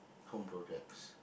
home projects